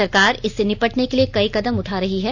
सरकार इससे निपटने के लिए कई कदम उठा रही है